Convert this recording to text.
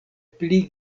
pli